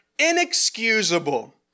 inexcusable